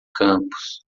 campos